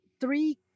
three